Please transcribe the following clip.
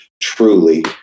truly